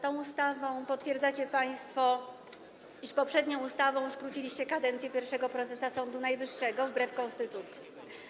Tą ustawą potwierdzacie państwo, iż poprzednią ustawą skróciliście kadencję pierwszego prezesa Sądu Najwyższego wbrew konstytucji.